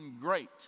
great